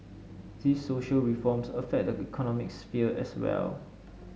these social reforms affect the economic sphere as well